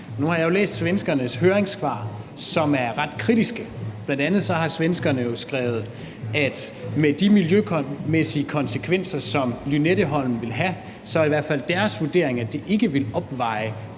Nu har jeg jo læst svenskernes høringssvar, som er ret kritiske. Bl.a. har svenskerne jo skrevet, at med de miljømæssige konsekvenser, som Lynetteholmen vil have, er det i hvert fald deres vurdering, at det ikke vil opveje